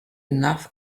enough